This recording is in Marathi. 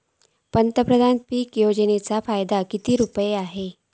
पंतप्रधान पीक योजनेचो फायदो किती रुपये आसा?